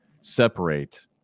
separate